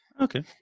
okay